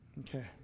Okay